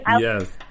Yes